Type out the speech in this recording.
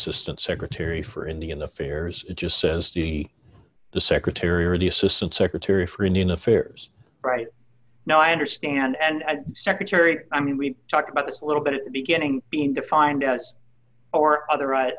assistant secretary for indian affairs it just says to be the secretary or the assistant secretary for indian affairs right now i understand and secretary i mean we talked about this a little bit at the beginning being defined as or other right